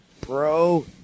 Bro